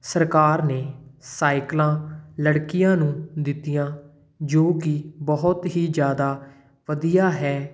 ਸਰਕਾਰ ਨੇ ਸਾਈਕਲਾਂ ਲੜਕੀਆਂ ਨੂੰ ਦਿੱਤੀਆਂ ਜੋ ਕਿ ਬਹੁਤ ਹੀ ਜ਼ਿਆਦਾ ਵਧੀਆ ਹੈ